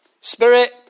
Spirit